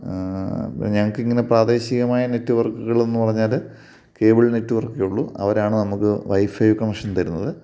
ഞങ്ങള്ക്കിങ്ങനെ പ്രാദേശികമായ നെറ്റവർക്കുകളെന്ന് പറഞ്ഞാല് കേബിൾ നെറ്റവർക്കേ ഉള്ളു അവരാണ് നമുക്ക് വൈഫൈ കണക്ഷൻ തരുന്നത്